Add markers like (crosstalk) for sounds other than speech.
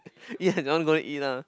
(laughs) yes I want to go and eat lah